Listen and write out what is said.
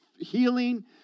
healing